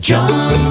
John